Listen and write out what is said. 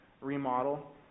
remodel